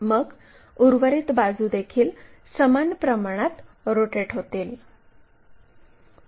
मग उर्वरित बाजू देखील समान प्रमाणात रोटेट होतील